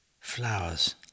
flowers